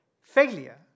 Failure